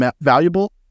valuable